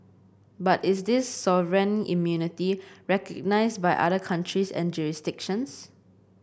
but is this sovereign immunity recognised by other countries and jurisdictions